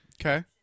Okay